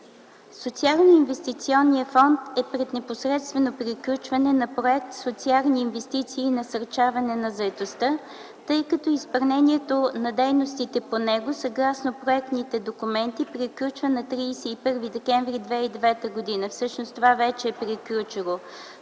Социалноинвестиционният фонд е пред непосредствено приключване на проект „Социални инвестиции и насърчаване на заетостта”, тъй като изпълнението на дейностите по него съгласно проектните документи приключва на 31 декември 2009 г. Всъщност това вече е приключило.